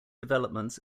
developments